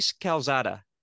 Calzada